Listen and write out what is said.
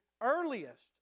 earliest